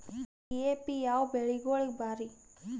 DAP ಯಾವ ಬೆಳಿಗೊಳಿಗ ಭಾರಿ?